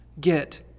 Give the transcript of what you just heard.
get